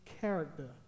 character